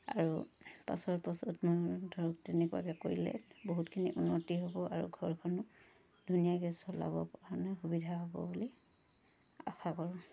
আৰু পাছৰ পাছত মোৰ ধৰক তেনেকুৱাকৈ কৰিলে বহুতখিনি উন্নতি হ'ব আৰু ঘৰখনো ধুনীয়াকৈ চলাবৰ কাৰণে সুবিধা হ'ব বুলি আশা কৰোঁ